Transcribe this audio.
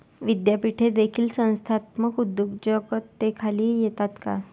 विद्यापीठे देखील संस्थात्मक उद्योजकतेखाली येतात का?